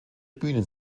bühnen